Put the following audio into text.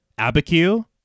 Abiquiu